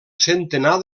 centenar